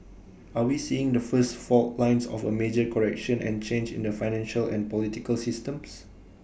are we seeing the first fault lines of A major correction and change in the financial and political systems